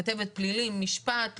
כתבת פלילים משפט,